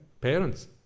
parents